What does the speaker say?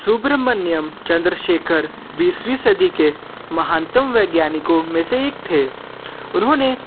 सुब्रहमण्यिम चंद्रशेखर बीसवीं सदी के महानतम वैज्ञानिकों में से एक थे उन्होंने